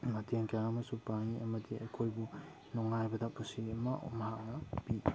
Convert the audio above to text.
ꯃꯇꯦꯡ ꯀꯌꯥ ꯑꯃꯁꯨ ꯄꯥꯡꯏ ꯑꯃꯗꯤ ꯑꯩꯈꯣꯏꯕꯨ ꯅꯨꯡꯉꯥꯏꯕꯗ ꯄꯨꯟꯁꯤ ꯑꯃ ꯃꯍꯥꯛꯅ ꯄꯤ